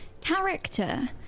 character